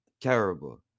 terrible